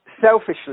Selfishly